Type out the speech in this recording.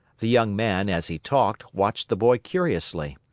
the young man, as he talked, watched the boy curiously.